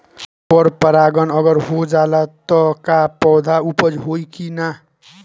पर परागण अगर हो जाला त का पौधा उपज होई की ना?